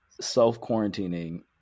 self-quarantining